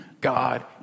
God